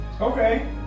Okay